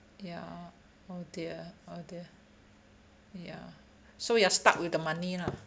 ya oh dear oh dear ya so you're stuck with the money lah